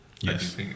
Yes